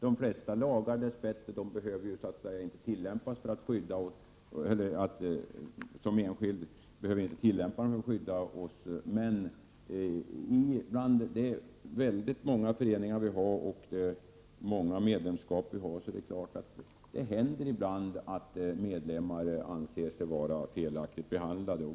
De flesta lagar behöver dess bättre den enskilde inte tillämpa för att skydda sig. Men med tanke på de många föreningar och medlemskap som finns är det klart att det ibland händer att medlemmar anser sig felaktigt behandlade.